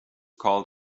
called